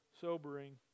sobering